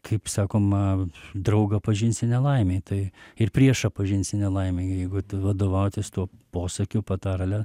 kaip sakoma draugą pažinsi nelaimėj tai ir priešą pažinsi nelaimėj jeigu vadovautis tuo posakiu patarle